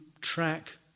track